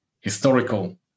historical